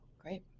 great